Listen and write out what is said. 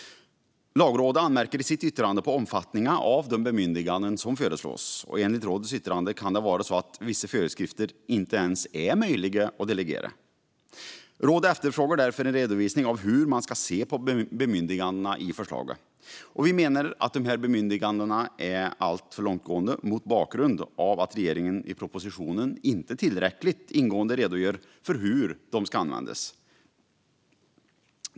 Lagrådet anmärker i sitt yttrande på omfattningen av de bemyndiganden som föreslås. Enligt rådets yttrande kan det vara så att vissa föreskrifter inte ens är möjliga att delegera. Rådet efterfrågar därför en redovisning av hur man ska se på bemyndigandena i förslaget. Vi menar att de här bemyndigandena är alltför långtgående mot bakgrund av att regeringen i propositionen inte tillräckligt ingående redogör för hur de ska användas.